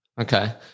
Okay